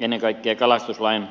ennen kaikkea kalastuslain